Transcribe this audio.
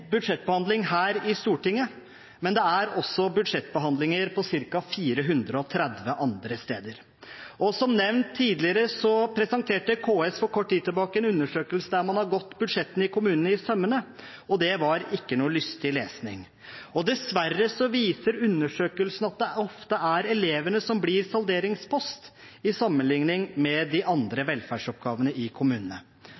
budsjettbehandling her i Stortinget, men det er også budsjettbehandlinger på ca. 430 andre steder. Som nevnt tidligere presenterte KS for kort tid tilbake en undersøkelse der man har gått budsjettene i kommunene etter i sømmene. Det var ingen lystig lesing. Dessverre viser undersøkelsen at det ofte er elevene som blir salderingspost i sammenlikning med de andre